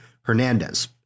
Hernandez